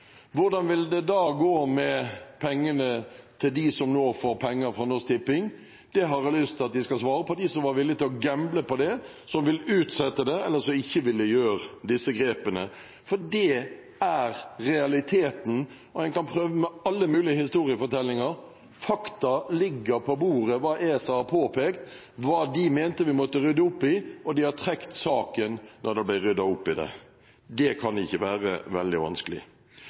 Hvordan ville det da gå med pengene til dem som nå får penger fra Norsk Tipping? Det har jeg lyst til at de som var villig til å gamble på det, som vil utsette det, og som ikke ville gjøre disse grepene, skal svare på. Det er realiteten, og en kan prøve med alle mulige historiefortellinger, men fakta ligger på bordet: Det er hva ESA har påpekt, hva de mente vi måtte rydde opp i, og at de trakk saken da det ble ryddet opp i det. Det kan ikke være veldig vanskelig.